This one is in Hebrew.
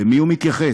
למי הוא מתייחס?